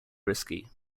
risky